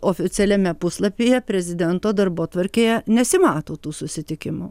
oficialiame puslapyje prezidento darbotvarkėje nesimato tų susitikimų